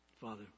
Father